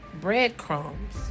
breadcrumbs